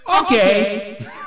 Okay